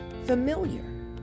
familiar